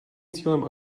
cílem